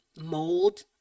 mold